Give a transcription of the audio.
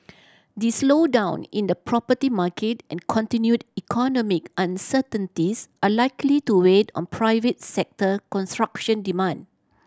the slowdown in the property market and continued economic uncertainties are likely to weight on private sector construction demand